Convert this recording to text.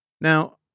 Now